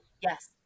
Yes